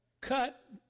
cut